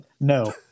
no